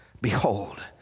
behold